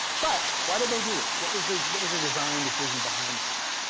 but, why did they do this? what was their, what was their design decision behind this?